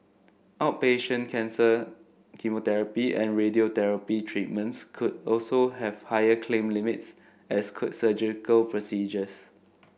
outpatient cancer chemotherapy and radiotherapy treatments could also have higher claim limits as could surgical procedures